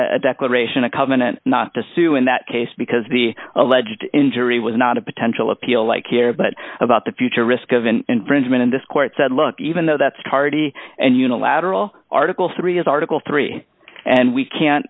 a declaration a covenant not to sue in that case because the alleged injury was not a potential appeal like here but about the future risk of an infringement in this court said look even though that's tardy and unilateral article three is article three and we can't